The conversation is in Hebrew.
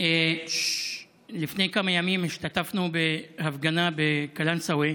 לפני כמה ימים השתתפנו בהפגנה בקלנסווה,